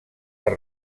per